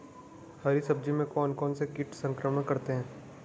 हरी सब्जी में कौन कौन से कीट संक्रमण करते हैं?